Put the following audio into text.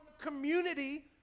community